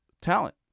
talent